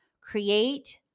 create